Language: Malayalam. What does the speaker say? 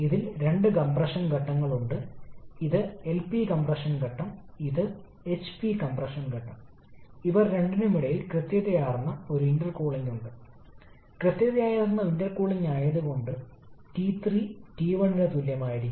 അതിനാൽ കംപ്രഷൻ ഘട്ടത്തിനായി നിർദ്ദിഷ്ട വോളിയം ചെറുതായി നിലനിർത്താനും വിപുലീകരണ ഘട്ടത്തിനായി നിർദ്ദിഷ്ട വോളിയം വലുതായി നിലനിർത്താനും നമ്മൾ ആഗ്രഹിക്കുന്നു